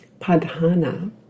Padhana